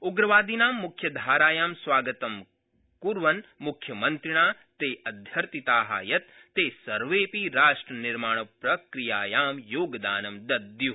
उप्रवादिनां मुख्यधारायां स्वागतं कुर्वन् मुख्यमन्त्रिणा ते अध्यर्थिता यत् ते सर्वेऽपि राष्ट्र निर्माणप्रक्रियायां योगदानं दद्यू